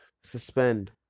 Suspend